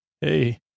Hey